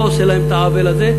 אני לא עושה להם את העוול הזה,